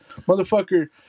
motherfucker